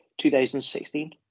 2016